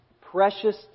precious